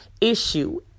issue